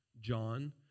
John